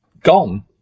gone